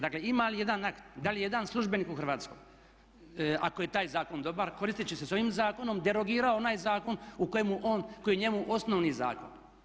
Dakle ima li ijedan akt, da li jedan službenik u Hrvatskoj ako je taj zakon dobar koristeći se s ovim zakonom derogira onaj zakon koji je njemu osnovni zakon?